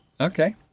Okay